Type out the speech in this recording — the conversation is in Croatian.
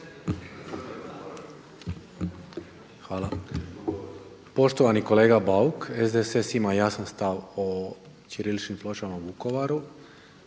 Hvala. Poštovani kolega Bauk, SDSS ima jasan stav o ćiriličnim pločama u Vukovaru,